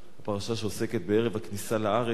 פרשה שעוסקת בערב הכניסה לארץ,